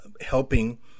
helping